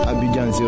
Abidjan